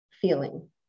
feeling